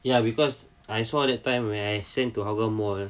ya because I saw that time when I sent to hougang mall